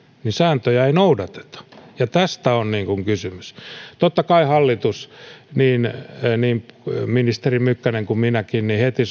niin sääntöjä ei noudateta ja tästä on kysymys totta kai hallitus niin niin ministeri mykkänen kuin minäkin heti